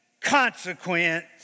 consequence